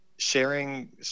Sharing